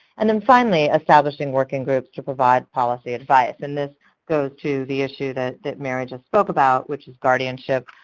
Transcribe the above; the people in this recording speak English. and then finally establishing working groups to provide policy advice, and this goes to the issue that that mary just spoke about, which is guardianships,